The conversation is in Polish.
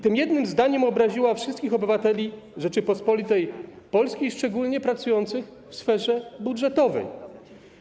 Tym jednym zdaniem obraziła wszystkich obywateli Rzeczypospolitej Polskiej, szczególnie pracujących w sferze budżetowej.